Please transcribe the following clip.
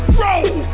roll